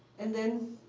and then